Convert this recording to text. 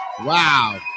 Wow